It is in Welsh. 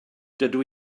dydw